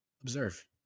observe